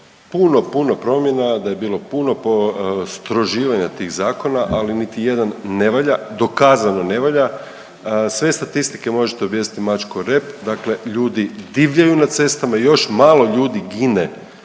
puno, puno promjena, da je bilo puno postroživanja tih zakona, ali niti jedan ne valja, dokazano ne valja. Sve statistike može objesiti mačku o rep, dakle ljudi divljaju na cestama i još malo ljudi gine